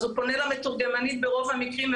אז הוא פונה למתורגמנית ברוב המקרים,